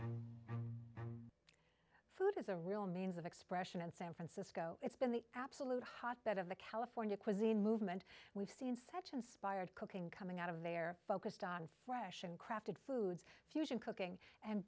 and food is a real means of expression in san francisco it's been the absolute hotbed of the california cuisine movement we've seen such inspired cooking coming out of there focused on fresh and crafted foods fusion cooking and